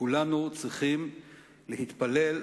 כולנו צריכים להתפלל,